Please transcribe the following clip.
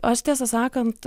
aš tiesą sakant